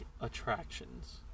attractions